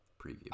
preview